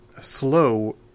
slow